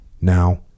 Now